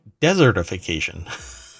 desertification